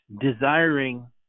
desiring